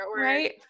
Right